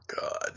God